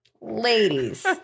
ladies